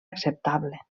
acceptable